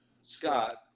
Scott